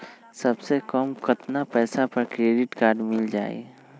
सबसे कम कतना पैसा पर क्रेडिट काड मिल जाई?